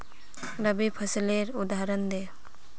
रवि फसलेर उदहारण दे?